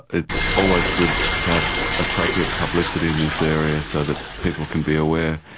it's always good to have appropriate publicity in this area so that people can be aware,